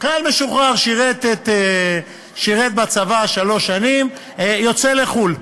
שירת בצבא שלוש שנים, יוצא לחו"ל,